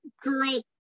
girl